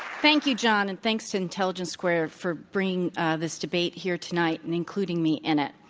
thank you john and thanks to intelligence squared for bringing this debate here tonight and including me in it.